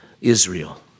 Israel